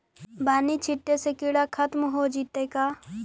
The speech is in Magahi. बानि छिटे से किड़ा खत्म हो जितै का?